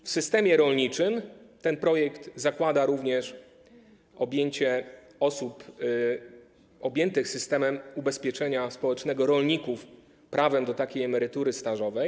W systemie rolniczym ten projekt zakłada również objęcie osób objętych systemem ubezpieczenia społecznego rolników prawem do takiej emerytury stażowej.